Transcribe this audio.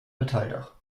metalldach